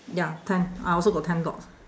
ya ten I also got ten dogs